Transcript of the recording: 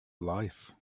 life